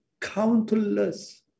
countless